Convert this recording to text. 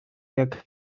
jak